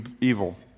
evil